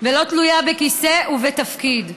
ולא תלויה בכיסא ובתפקיד.